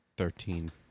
Thirteen